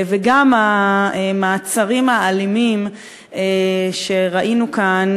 וגם המעצרים האלימים שראינו כאן,